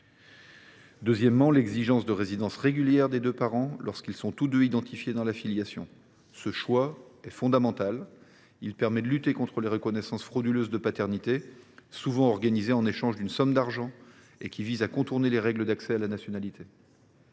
loi l’exigence de résidence régulière des deux parents, lorsqu’ils sont tous deux identifiés comme tels. Cette précision est fondamentale, car elle permettra de lutter contre les reconnaissances frauduleuses de paternité, souvent organisées en échange d’une somme d’argent, et qui visent à contourner les règles d’accès à la nationalité.